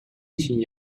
için